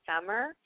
summer